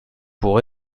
pour